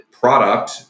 product